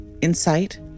insight